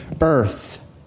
earth